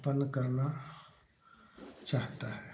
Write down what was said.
उत्पन्न करना चाहता है